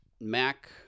Mac